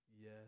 Yes